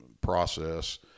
process